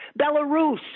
Belarus